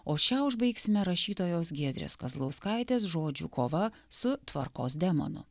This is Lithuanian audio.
o šią užbaigsime rašytojos giedrės kazlauskaitės žodžių kova su tvarkos demonu